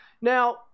now